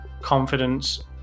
confidence